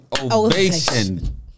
ovation